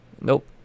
Nope